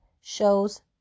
shows